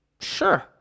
sure